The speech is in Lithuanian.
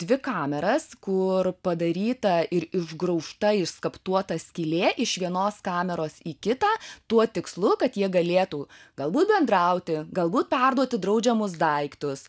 dvi kameras kur padaryta ir išgraužta išskaptuota skylė iš vienos kameros į kitą tuo tikslu kad jie galėtų galbūt bendrauti galbūt perduoti draudžiamus daiktus